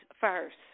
first